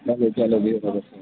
چلو چلو بِہِو خۄدایس حوال